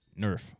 Nerf